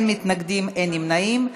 אין מתנגדים ואין נמנעים.